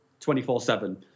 24-7